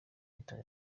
leta